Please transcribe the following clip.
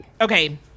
Okay